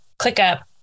ClickUp